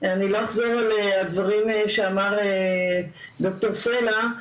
אני לא אחזור על הדברים שאמר ד"ר ירון סלע.